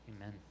Amen